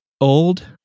old